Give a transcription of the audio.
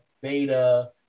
Beta